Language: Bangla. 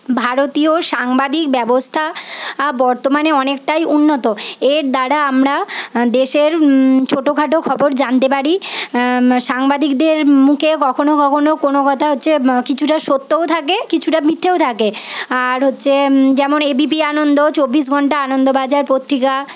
ভারতীয় সাংবাদিক ব্যবস্থা বর্তমানে অনেকটাই উন্নত এর দ্বারা আমরা দেশের ছোটোখাটো খবর জানতে পারি সাংবাদিকদের মুখে কখনো কখনো কোনো কথা হচ্ছে কিছুটা সত্যও থাকে কিছুটা মিথ্যেও থাকে আর হচ্ছে যেমন এবিপি আনন্দ চব্বিশ ঘন্টা আনন্দবাজার পত্রিকা